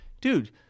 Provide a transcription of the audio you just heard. dude